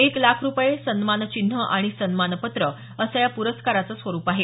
एक लाख रूपये सन्मानचिन्ह आणि सन्मानपत्र असं या प्रस्काराचं स्वरूप आहे